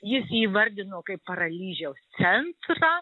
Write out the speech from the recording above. jis jį įvardino kaip paralyžiaus centrą